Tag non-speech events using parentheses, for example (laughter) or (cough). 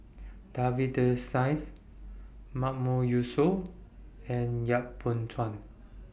Davinder (unintelligible) Mahmood Yusof and Yap Boon Chuan